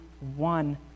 one